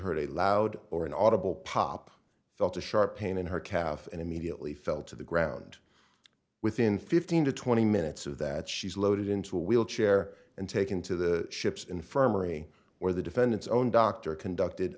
a loud or an audible pop felt a sharp pain in her calf and immediately fell to the ground within fifteen to twenty minutes of that she's loaded into a wheelchair and taken to the ship's infirmary where the defendant's own doctor conducted